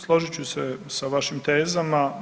Složit ću se sa vašim tezama.